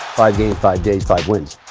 i gained five days five wins